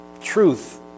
truth